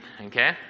okay